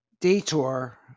detour